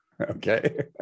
Okay